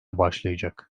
başlayacak